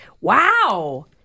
Wow